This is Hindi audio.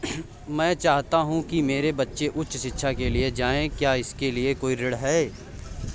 मैं चाहता हूँ कि मेरे बच्चे उच्च शिक्षा के लिए जाएं क्या इसके लिए कोई ऋण है?